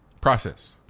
Process